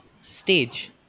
stage